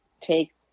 take